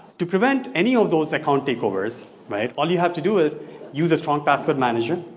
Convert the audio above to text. to prevent any of those account take overs right? all you have to do is use a strong password manager,